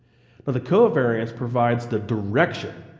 but the covariance provides the direction,